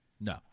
No